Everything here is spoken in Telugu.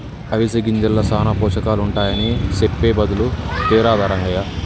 అవిసె గింజల్ల సానా పోషకాలుంటాయని సెప్పె బదులు తేరాదా రంగయ్య